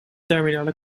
terminale